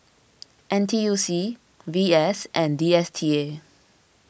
N T U C V S and D S T A